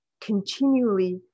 continually